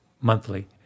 monthly